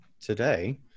today